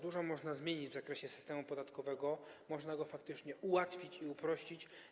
Dużo można jeszcze zmienić w zakresie systemu podatkowego, można go faktycznie ułatwić i uprościć.